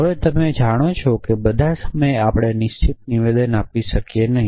હવે તમે જાણો છો કે બધા સમયે આપણે નિશ્ચિત નિવેદન આપી શકીએ નહીં